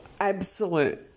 absolute